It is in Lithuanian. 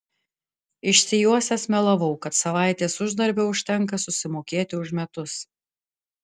išsijuosęs melavau kad savaitės uždarbio užtenka susimokėti už metus